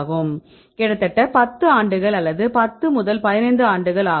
இது கிட்டத்தட்ட 10 ஆண்டுகள் அல்லது 10 முதல் 15 ஆண்டுகள் ஆகும்